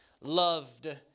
loved